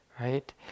right